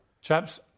Chaps